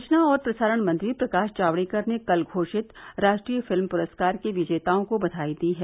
सूचना और प्रसारण मंत्री प्रकाश जावड़ेकर ने कल घोषित राष्ट्रीय फिल्म पुरस्कार के विजेताओं को बधाई दी है